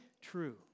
true